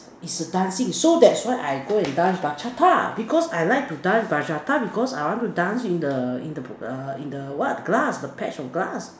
is a dancing so that's why I go and dance bachata because I like to dance bachata because I want to dance in the in the err what grass patch of grass